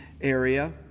area